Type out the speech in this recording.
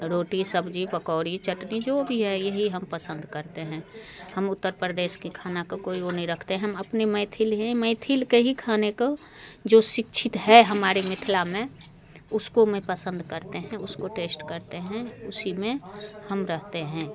रोटी सब्जी पकौड़ी चटनी जो भी है यही हम पसंद करते हैं हम उत्तर प्रदेश के खाने का कोई वो नहीं रखते हम अपने मैथिल हैं मैथिली के ही खाने को जो शिक्षित है हमारे मिथिला में उसको मैं पसंद करते हैं उसको टेस्ट करते हैं उसी में हम रहते हैं